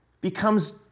becomes